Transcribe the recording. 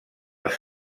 les